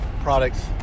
products